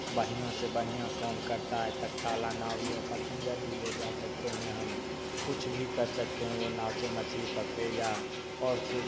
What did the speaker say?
बढ़िया से बढ़िया कौन करता है तख्ता वाला नाव भी वो पसिन्जर भी ले जा सकते हैं हम कुछ भी कर सकते हैं वो नाव से मछली पकड़ें या और कुछ